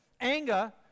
Anger